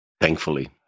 thankfully